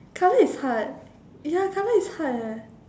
colour is hard ya colour is hard eh